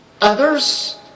Others